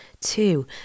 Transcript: two